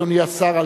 אדוני השר,